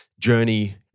journey